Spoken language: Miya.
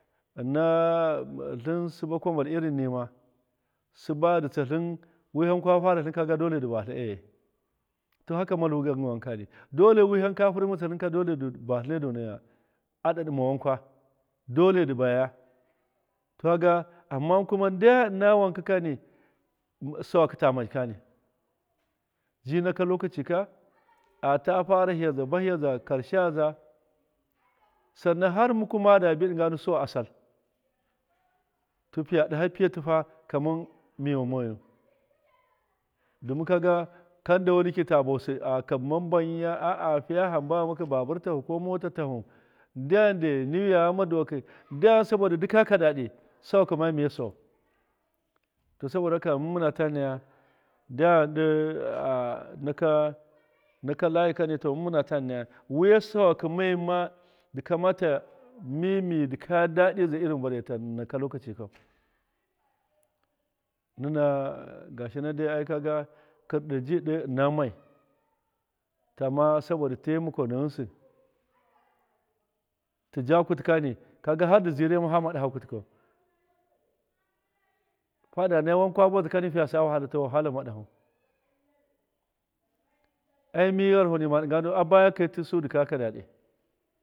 Ɨna tlɨn sɨba kwabal irin nima ɨna sɨba ndi tsatlɨn wiham kwafaratlɨn kaga dole dɨ batlɨn ayi to haka malvu gan wanka kani dole wiham kwafurmɨtsatlɨnka dole dɨ batlɨne dona a ɗaɗɨma wankwa. a dole dɨ bayaya to kaga ama kuma ndyam ɨna wankani sawakɨ tama jikani ji naka lokacika ata fara hiyaza ba hiyaza karsheyaza. sannan har muku mada bi ɗɨnga suwa a sall. to fiya ɗaha piyatɨ kaman miyau moyu domin kaga kan nda weneki tiya buwusɨ a kabɨ ma mbanya a- a fiya hamba ghamakɨ tahu ko babɨr tahu ko mota tahu ndyam dai niwiya ghama duwakɨ ndyam saboda dɨkaya daɗi sawakɨ ma miye sawau to saboda haka mɨn mɨna ta naya ndyam ɗe a- naka naka layi kani wiya sawakɨ moyi dɨ kamata mi mi dɨ kaya daɗi wan vare ta naka lokaci kau, nɨna gashinan dai ai ka ga kɨrɗɨ ji ɗe ɨna mai, to ama saboda taimako na ghɨnsɨ tɨja kutɨ kani kaga hardɨ zirema hama ɗaha kutɨkau fada naya wankwa bozaka fiya sa wahala to wahala ma ɗahu ai mi gharaho nima ɗɨnga ndu a baya kaitɨ su dɨkayakɨ daɗi.